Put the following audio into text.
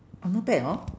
orh not bad hor